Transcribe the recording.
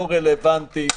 לא רלוונטי,